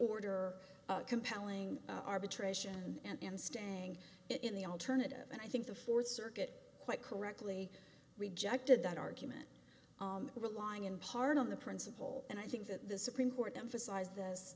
order compelling arbitration and staying in the alternative and i think the fourth circuit quite correctly rejected that argument relying in part on the principle and i think that the supreme court emphasize